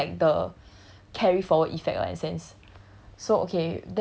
so that's the thing that's like the carry forward effect [what] in a sense